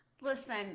Listen